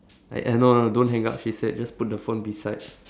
right eh no no no don't hang up she said just put the phone beside